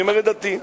אני אומר את דעתי.